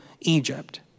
Egypt